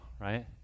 right